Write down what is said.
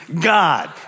God